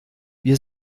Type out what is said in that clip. wir